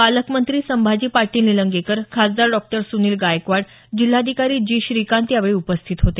पालकमंत्री संभाजी पाटील निलंगेकर खासदार डॉ सुनील गायकवाड जिल्हाधिकारी जी श्रीकांत यावेळी उपस्थित होते